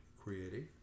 creating